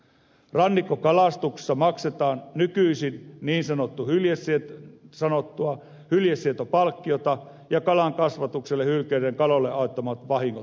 rannikkokalastuksessa maksetaan nykyisin niin sanottua hyljesietopalkkiota ja korvataan kalankasvatukselle hylkeiden kaloille aiheuttamat vahingot